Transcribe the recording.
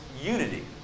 unity